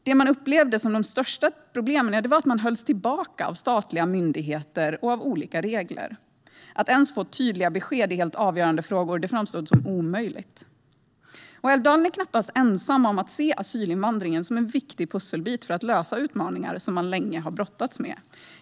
Det man upplevde som de största problemen var att man hölls tillbaka av statliga myndigheter och olika regler. Att ens få tydliga besked i avgörande frågor framstod som omöjligt. Älvdalen är knappast ensam om att se asylinvandringen som en viktig pusselbit för att lösa utmaningar som man länge har brottats med.